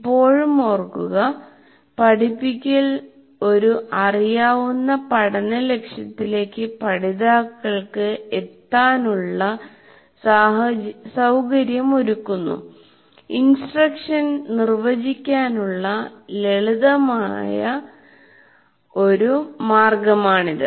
ഇപ്പോഴും ഓർക്കുക "പഠിപ്പിക്കൽ ഒരു അറിയാവുന്ന പഠന ലക്ഷ്യത്തിലേക്ക് പഠിതാക്കൾക്ക് എത്താനുള്ള സൌകര്യമൊരുക്കുന്നു" ഇൻസ്ട്രക്ഷൻനിർവചിക്കാനുള്ള ഒരു ലളിതമായ മാർഗമാണിത്